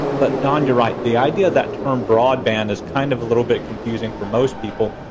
but don, you're right, the idea of that term, broadband, is kind of a little bit confusing for most people.